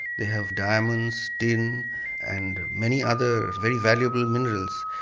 they have diamonds, tin and many other very valuable minerals.